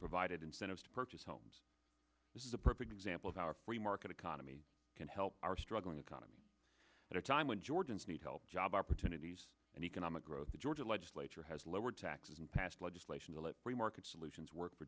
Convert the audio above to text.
provided incentives to purchase homes this is a perfect example of our free market economy can help our struggling economy at a time when georgians need help job opportunities and economic growth the georgia legislature has lowered taxes and passed legislation to let free market solutions work for